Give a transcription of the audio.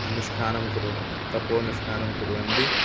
अनुष्ठानं कुर्वन्ति तपोनुष्ठानं कुर्वन्ति